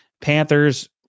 panthers